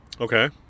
Okay